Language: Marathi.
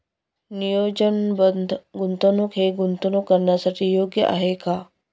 नियोजनबद्ध गुंतवणूक हे गुंतवणूक करण्यासाठी योग्य आहे का?